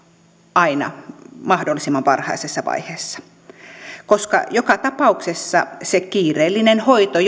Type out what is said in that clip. aina mahdollisimman varhaisessa vaiheessa koska joka tapauksessa jos se kiireellinen hoito